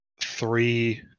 three